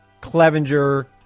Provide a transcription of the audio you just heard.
Clevenger